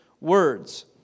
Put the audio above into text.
words